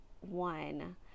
one